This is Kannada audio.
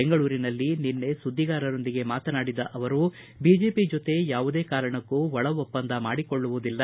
ಬೆಂಗಳೂರಿನಲ್ಲಿ ನಿನ್ನೆ ಸುದ್ದಿಗಾರರೊಂದಿಗೆ ಮಾತನಾಡಿದ ಅವರು ಬಿಜೆಪಿ ಜೊತೆ ಯಾವುದೇ ಕಾರಣಕ್ಕೂ ಒಳ ಒಪ್ಪಂದ ಮಾಡಿಕೊಳ್ಳುವುದಿಲ್ಲ